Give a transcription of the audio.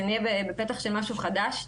שנהיה בפתח של משהו חדש.